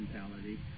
mentality